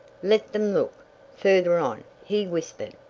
let them look further on! he whispered.